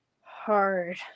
hard